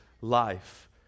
life